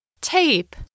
Tape